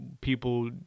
people